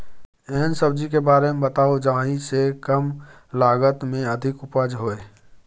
एहन सब्जी के बारे मे बताऊ जाहि सॅ कम लागत मे अधिक उपज होय?